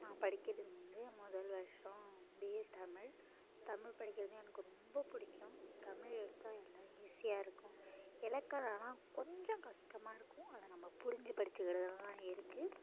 நான் படிக்கிறது வந்து முதல் வர்ஷம் பிஏ தமிழ் தமிழ் படிக்கிறது எனக்கு ரொம்ப பிடிக்கும் தமிழ் எடுத்தால் எல்லாம் ஈஸியாக இருக்கும் இலக்கணலாம் கொஞ்சம் கஷ்டமா இருக்கும் ஆனால் நம்ம புரிஞ்சு படிச்சிக்கறதில் தான் இருக்குது